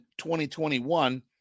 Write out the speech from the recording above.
2021